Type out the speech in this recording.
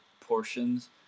portions